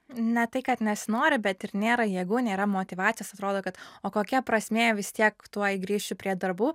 ne tai kad nesinori bet ir nėra jėgų nėra motyvacijos atrodo kad o kokia prasmė vis tiek tuoj grįšiu prie darbų